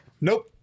nope